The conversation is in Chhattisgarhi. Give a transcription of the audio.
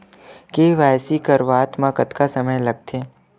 के.वाई.सी करवात म कतका समय लगथे?